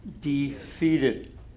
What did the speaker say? Defeated